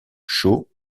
chauds